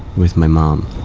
with my mom